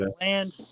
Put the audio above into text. land